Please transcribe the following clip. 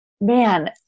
man